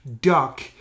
Duck